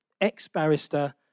ex-barrister